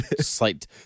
Slight